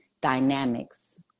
dynamics